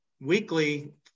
weekly